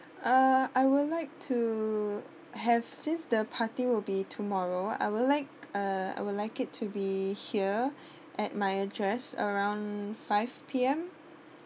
uh I would like to have since the party will be tomorrow I would like uh I would like it to be here at my address around five_P M